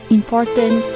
important